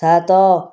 ସାତ